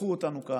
תמרחו אותנו כאן,